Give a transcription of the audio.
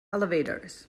elevators